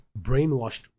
brainwashed